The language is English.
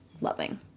loving